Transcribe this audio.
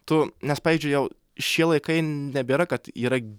tu nes pavyzdžiui jau šie laikai nebėra kad yra